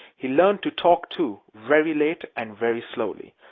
he learned to talk, too, very late and very slowly.